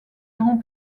grand